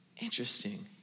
Interesting